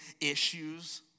issues